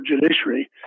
judiciary